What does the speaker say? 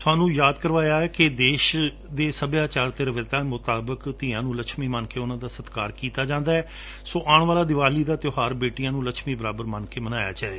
ਉਨਾਂ ਯਾਦ ਕਰਵਾਇਆ ਕਿ ਸਾਡੇ ਦੇਸ਼ ਦੇ ਸੱਭਿਆਚਾਰ ਅਤੇ ਰਿਵਾਇਤਾਂ ਮੁਤਾਬਕ ਧੀਆਂ ਨੂੰ ਲੱਛਮੀ ਮੰਨ ਕੇ ਉਨੂਂ ਦਾ ਸਤਕਾਰ ਕੀਤਾਂ ਜਾਂਦਾ ਹੈ ਸੋ ਆਉਣ ਵਾਲਾ ਦੀਵਾਲੀ ਦਾ ਤਿਓਹਾਰ ਬੇਟੀਆਂ ਨੂੰ ਲੱਛਮੀ ਬਰਾਬਰ ਮੰਨ ਕੇ ਮਨਾਇਆ ਜਾਵੇ